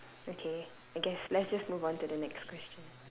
okay I guess let's just move on to the next question